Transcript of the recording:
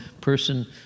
person